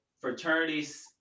fraternities